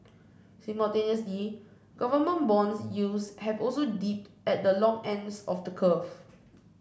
simultaneously government bond yields have also dipped at the long ends of the curve